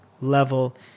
level